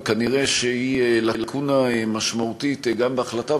וכנראה היא לקונה משמעותית גם בהחלטה,